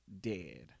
dead